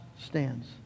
stands